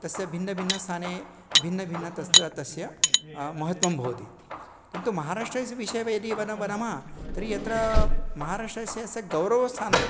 तस्य भिन्नभिन्नस्थाने भिन्नभिन्न तत् तस्य महत्त्वं भवति किन्तु महाराष्ट्रस्य विषवे यदि वयं वदमः तर्हि यत्र महाराष्ट्रस्य स गौरवस्थानं